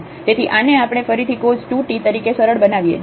તેથી આ ને આપણે ફરીથી cos2t તરીકે સરળ બનાવીએ